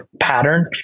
pattern